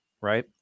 right